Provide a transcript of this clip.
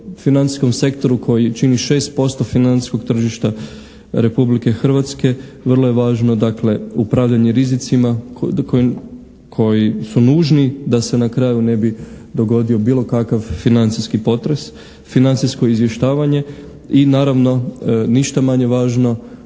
financijskom sektoru koji čini 6% financijskog tržišta Republike Hrvatske vrlo je važno dakle upravljanje rizicima koji su nužni da se na kraju ne bi dogodio bilo kakav financijski potres, financijsko izvještavanje i naravno ništa manje važno,